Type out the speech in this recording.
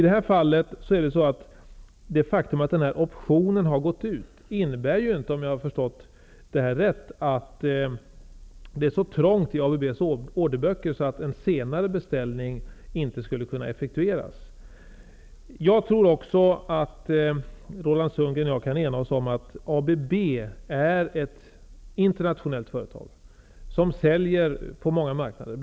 Det faktum att optionstiden har gått ut i det här fallet innebär inte -- om jag har förstått det hela rätt -- att det är så trångt i ABB:s orderböcker att en senare beställning inte skulle kunna effektueras. Jag tror också att Roland Sundgren och jag kan enas om att ABB är ett internationellt företag, som säljer på många marknader.